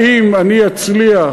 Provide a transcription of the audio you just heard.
האם אני אצליח,